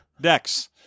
decks